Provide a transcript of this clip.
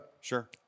Sure